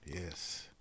yes